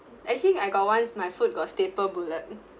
actually I got once my food got staple bullet